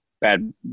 bad